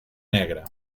negra